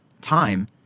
time